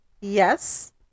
Yes